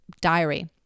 diary